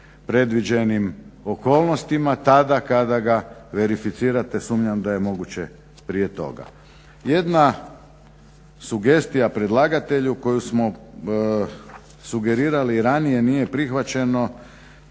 predviđenim okolnostima tada kada ga verificirate sumnjam da je moguće prije toga. Jedna sugestija predlagatelju koju smo sugerirali i ranije nije prihvaćeno